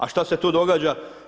A što se tu događa?